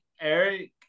Eric